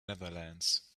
netherlands